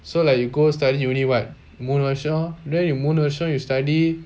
so like you go study uni what முனு வர்ஷம் நீ இன்னும் முனு வர்ஷம்:moonu varsham nee innum moonu varsham you study